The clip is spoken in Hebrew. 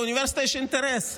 לאוניברסיטה יש אינטרס,